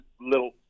little